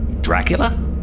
Dracula